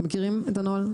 אתם מכירים את הנוהל?